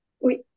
Oui